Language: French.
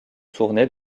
tournées